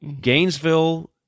Gainesville